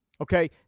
Okay